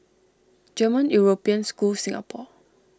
German European School Singapore